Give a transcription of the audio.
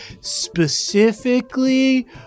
specifically